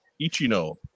Ichino